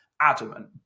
adamant